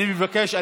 אני מבקש.